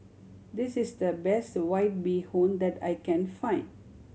this is the best White Bee Hoon that I can find